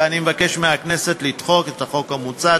ואני מבקש מהכנסת לדחות את החוק המוצע.